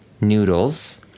noodles